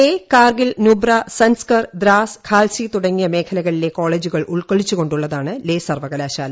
ലേ കാർഗിൽ നുബ്ര സൻസ്കർ ദ്രാസ് ഖാൽസി തുടങ്ങിയ മേഖലകളിലെ കോളേജുകൾ ഉൾക്കൊള്ളിച്ചു കൊണ്ടുള്ളതാണ് ലേ സർവ്വകലാശാല